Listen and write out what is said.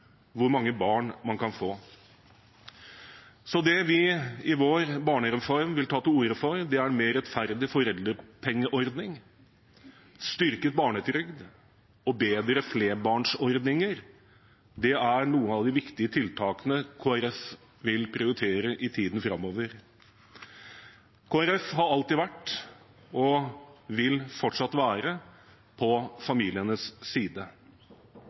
hvor mange barn man kan få. Det vi i vår barnereform vil ta til orde for, er en mer rettferdig foreldrepengeordning, styrket barnetrygd og bedre flerbarnsordninger. Det er noen av de viktige tiltakene Kristelig Folkeparti vil prioritere i tiden framover. Kristelig Folkeparti har alltid vært og vil fortsatt være på familienes side.